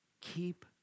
keep